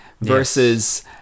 versus